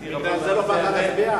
בגלל זה לא באת היום להצביע.